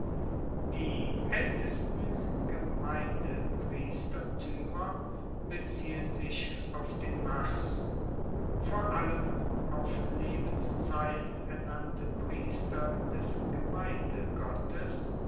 die aeltesten gemeindepriestertuemer beziehen sich auf den mars vor allem auf lebenszeit ernannte priester des